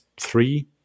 three